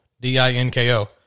D-I-N-K-O